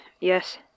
Yes